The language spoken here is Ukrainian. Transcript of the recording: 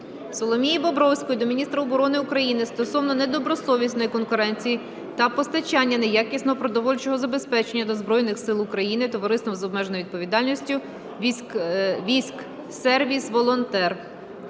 Соломії Бобровської до міністра оборони України стосовно недобросовісної конкуренції та постачання неякісного продовольчого забезпечення до Збройних Сил України товариством з обмеженою відповідальністю "Військсервіс-Волонтер".